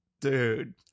dude